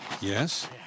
Yes